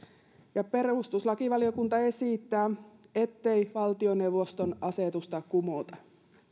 perustuslakivaliokunta esittää ettei valtioneuvoston asetusta kumota